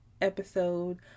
episode